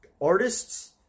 artists